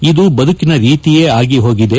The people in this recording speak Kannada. ಇದು ಬದುಕಿನ ರೀತಿಯೇ ಆಗಿ ಹೋಗಿದೆ